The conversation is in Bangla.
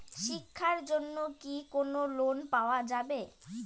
শিক্ষার জন্যে কি কোনো লোন পাওয়া যাবে?